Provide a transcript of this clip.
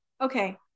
okay